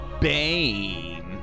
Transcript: Bane